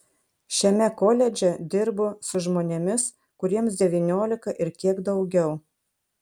šiame koledže dirbu su žmonėmis kuriems devyniolika ir kiek daugiau